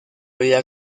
vida